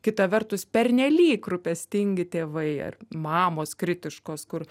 kita vertus pernelyg rūpestingi tėvai ar mamos kritiškos kur